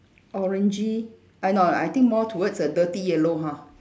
orangey uh no I think more towards a dirty yellow ha